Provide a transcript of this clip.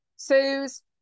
Sue's